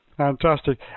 Fantastic